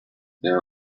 there